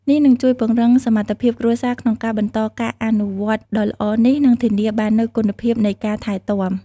នេះនឹងជួយពង្រឹងសមត្ថភាពគ្រួសារក្នុងការបន្តការអនុវត្តន៍ដ៏ល្អនេះ និងធានាបាននូវគុណភាពនៃការថែទាំ។